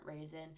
reason